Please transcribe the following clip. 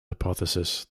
hypothesis